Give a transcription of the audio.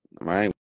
right